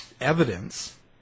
evidence